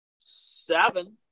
seven